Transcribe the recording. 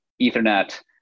ethernet